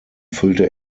füllte